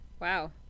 Wow